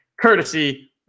courtesy